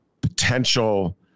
potential